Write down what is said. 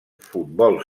futbol